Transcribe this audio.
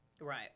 Right